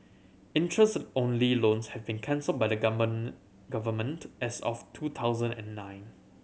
interest only loans have been cancelled by the Government as of two thousand and nine